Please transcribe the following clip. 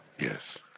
Yes